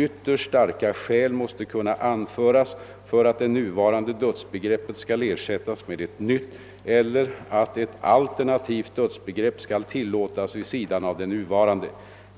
Ytterst starka skäl måste kunna anföras för att det nuvarande dödsbegreppet skall ersättas med ett nytt eller att ett alternativt dödsbegrepp skall tillåtas vid sidan av det nuvarande.